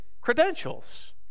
credentials